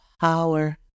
power